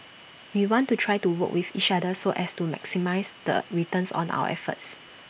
we want to try to work with each other so as to maximise the returns on our efforts